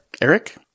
Eric